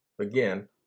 again